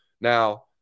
Now